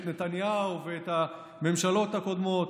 את נתניהו ואת הממשלות הקודמות.